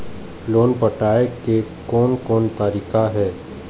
Loan पटाए के कोन कोन तरीका हे?